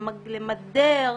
למדר.